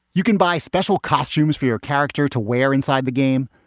you can buy special costumes for your character to wear inside the game,